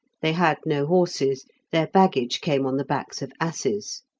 they had no horses their baggage came on the backs of asses.